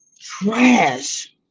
trash